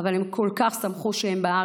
אבל הם כל כך שמחו שהם בארץ,